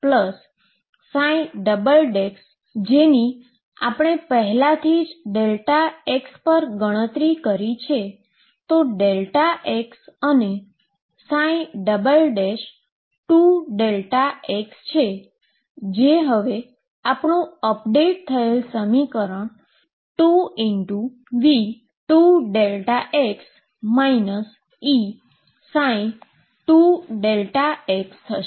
જેની આપણે પહેલાથી જ Δx પર ગણતરી કરી છે તો x અને 2Δx જે હવે અપડેટ થયેલ સમીકરણ 2V2Δx E2Δx છે